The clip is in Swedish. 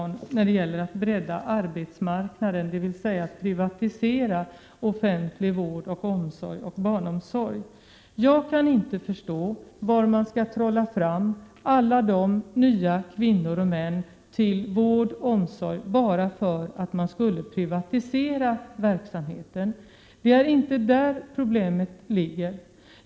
När det gäller att bredda arbetsmarknaden genom att privatisera offentlig vård och omsorg, även barnomsorg, vill jag till Ingrid Hemmingsson säga att jag inte kan förstå hur man skulle kunna trolla fram alla dessa nya kvinnor och män till dessa områden bara för att verksamheten privatiserades. Det är inte där problemet ligger.